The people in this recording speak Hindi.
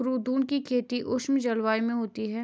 कुद्रुन की खेती उष्ण जलवायु में होती है